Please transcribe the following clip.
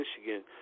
Michigan